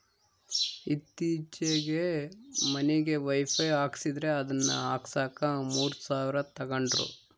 ಈತ್ತೀಚೆಗೆ ಮನಿಗೆ ವೈಫೈ ಹಾಕಿಸ್ದೆ ಅದನ್ನ ಹಾಕ್ಸಕ ಮೂರು ಸಾವಿರ ತಂಗಡ್ರು